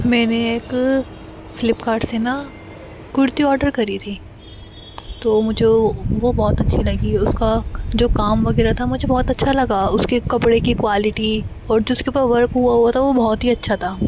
میں نے ایک فلپ کارٹ سے نا کرتی آڈر کری تھی تو مجھے وہ بہت اچھی لگی اس کا جو کام وغیرہ تھا مجھے بہت اچھا لگا اس کے کپڑے کی کوالٹی اور جو اس کے ورک ہوا ہوا تھا وہ بہت ہی اچھا تھا